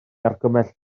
argymell